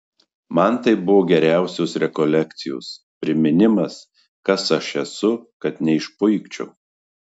man tai buvo geriausios rekolekcijos priminimas kas aš esu kad neišpuikčiau